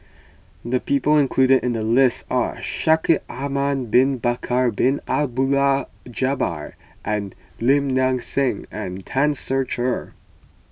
the people included in the list are Shaikh Ahmad Bin Bakar Bin Abdullah Jabbar and Lim Nang Seng and Tan Ser Cher